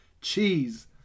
cheese